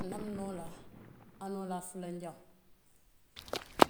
anabinoolaa, anoolaa fulanjaŋ.